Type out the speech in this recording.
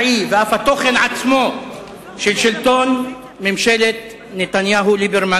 האמצעי ואף התוכן עצמו של שלטון ממשלת נתניהו-ליברמן-ברק.